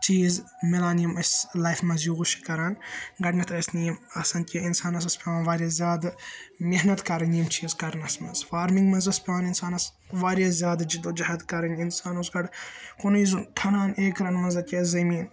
چیز مِلان یِم أسۍ لایفہِ منٛز یوز چھِ کَران گۄڈٕنیٚتھ أسۍ نہٕ یِم آسان کیٚنٛہہ اِنسانَس اوس پیٚوان واریاہ زیادٕ محنَت کَرٕنۍ یِم چیز کَرنَس منٛز فارمنِگ منٛز أسۍ پیٚوان اِنسانَس واریاہ زیادٕ جِدو جَہد کَرٕنۍ اِنسان اوس گۄڈٕ کُنٕے زوٚن کھنان ایکرَن منٛز کیاہ زٔمین پَتہٕ